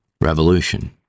Revolution